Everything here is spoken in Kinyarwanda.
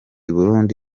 burundi